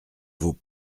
vaut